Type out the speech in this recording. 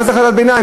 מה זה החלטת ביניים?